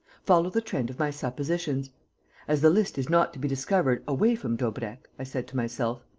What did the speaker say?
follow the trend of my suppositions as the list is not to be discovered away from daubrecq i said to myself,